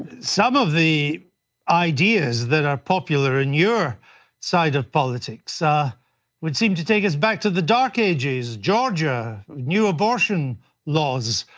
some of the ideas that are popular in your side of politics ah would seem to take us back to the dark ages, georgia, new abortion abortion laws,